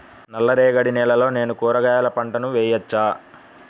నల్ల రేగడి నేలలో నేను కూరగాయల పంటను వేయచ్చా?